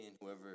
whoever